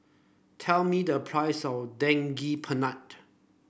tell me the price of Daging Penyet